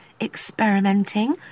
experimenting